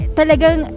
talagang